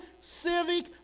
civic